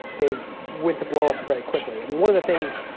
they went to blowups very quickly. i mean, one of the things,